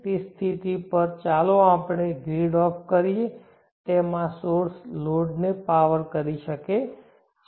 તે સ્થિતિ પર ચાલો આપણે ગ્રીડ ઑફ કરીએ તેમ આ સોર્સ લોડ ને પાવર કરી શકે છે